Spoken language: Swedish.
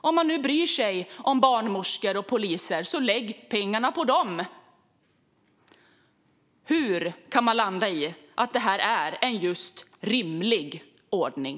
Om man nu bryr sig om barnmorskor och poliser ska man väl lägga pengarna på dem. Hur kan man landa i att detta är en rimlig ordning?